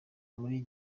muri